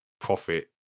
profit